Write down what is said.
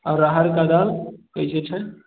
आ राहड़ि कऽ दालि कैसे छै